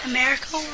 America